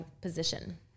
position